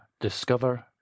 discover